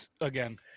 again